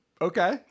Okay